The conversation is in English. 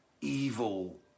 evil